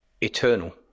Eternal